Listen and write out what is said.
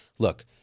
Look